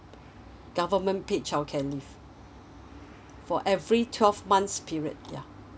government paid childcare leave for every twelve months period ya